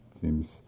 seems